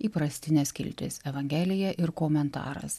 įprastinė skiltis evangelija ir komentaras